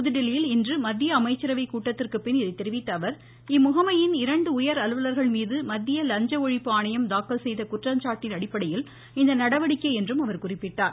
புதுதில்லியில் இன்று மத்திய அமைச்சரவை கூட்டத்திற்குப்பின் இதை தெரிவித்த அவர் இம்முகமையின் இரண்டு உயர் அலுவலர்கள்மீது மத்திய லஞ்ச ஒழிப்பு ஆணையம் தாக்கல் செய்த குற்றச்சாட்டின் அடிப்படையில் இந்நடவடிக்கை என்றும் அவர் குறிப்பிட்டார்